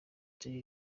jay